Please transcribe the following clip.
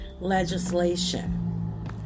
legislation